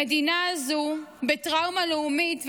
המדינה הזו בטראומה לאומית,